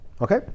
okay